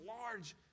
large